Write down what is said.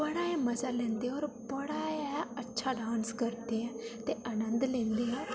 बड़ा गै मजा लैंदे होर बड़ा ऐ अच्छा डांस करदे ऐ ते नंद लैंदे न